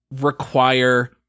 require